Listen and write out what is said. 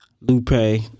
Lupe